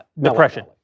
depression